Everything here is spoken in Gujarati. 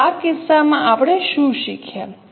તો આ કિસ્સામાં આપણે શું શીખ્યા